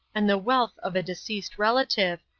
and the wealth of a deceased relative,